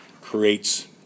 creates